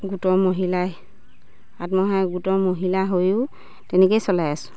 গোটৰ মহিলাই আত্মসহায়ক গোটৰ মহিলা হৈও তেনেকেই চলাই আছোঁ